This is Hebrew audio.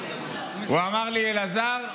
הוא אמר לי: אלעזר,